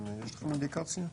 יש לכם אינדיקציה?